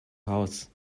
house